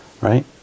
right